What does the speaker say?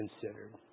considered